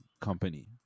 Company